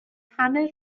hanner